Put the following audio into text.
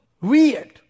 weird